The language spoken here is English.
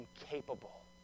incapable